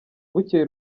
bukeye